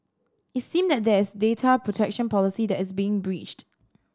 it seem that there's data protection policy that is being breached